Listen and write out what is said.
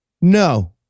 No